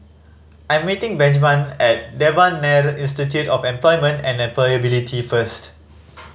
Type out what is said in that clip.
I'm meeting Benjman at Devan Nair Institute of Employment and Employability first